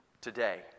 today